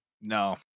No